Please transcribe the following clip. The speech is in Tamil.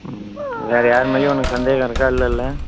ம் வேறு யார் மேலேயும் உனக்கு சந்தேகம் இருக்கா இல்லைல்ல